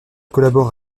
collabore